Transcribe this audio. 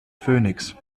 phoenix